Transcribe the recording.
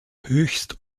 höchst